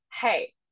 hey